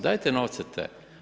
Dajte novce te.